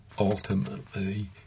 Ultimately